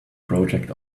project